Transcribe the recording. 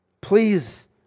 please